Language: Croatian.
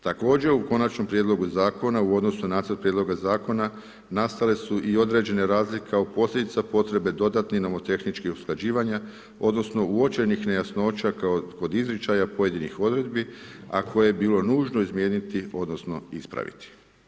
Također u konačnom prijedlogu zakona, u odnosu na prijedloga zakona, nastale su i određene razlike u posljedice potrebe dodatno nomotehničkih usklađivanja, odnosno, uočenih nejasnoća kao i kod izričaja pojedinih odredbi, a koje je bilo nužno izmijeniti odnosno, ispraviti.